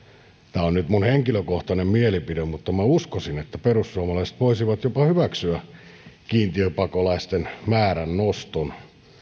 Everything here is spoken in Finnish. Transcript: tämä on nyt minun henkilökohtainen mielipiteeni mutta uskoisin että perussuomalaiset voisivat jopa hyväksyä kiintiöpakolaisten määrän noston